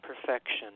perfection